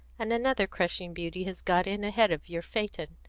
and another crushing beauty has got in ahead of your phaeton.